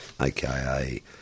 aka